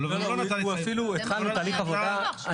אפילו התחלנו תהליך עבודה.